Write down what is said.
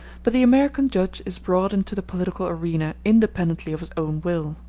but the american judge is brought into the political arena independently of his own will.